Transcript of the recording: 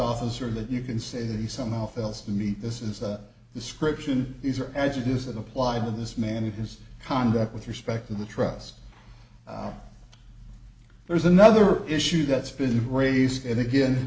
office or that you can say that he somehow feels to me this is the description these are as it is that applied to this man and his conduct with respect to the trust there's another issue that's been raised and again